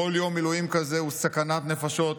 כשכל יום מילואים כזה הוא סכנת נפשות,